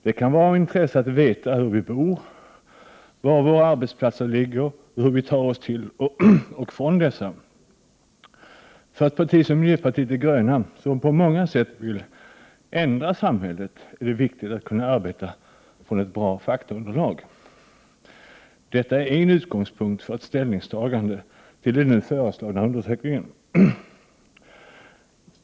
Det kan vara av intresse att veta hur vi bor, var våra arbetsplatser ligger och hur vi tar oss till och från dessa. För ett parti som miljöpartiet de gröna som på många sätt vill ändra samhället är det viktigt att kunna arbeta utifrån ett bra faktaunderlag. Detta är en utgångspunkt för ett ställningstagande till den nu föreslagna undersökningen.